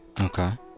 Okay